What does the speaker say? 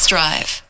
Drive